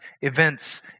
events